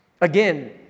Again